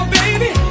baby